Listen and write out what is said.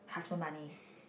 husband money